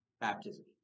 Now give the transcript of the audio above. baptism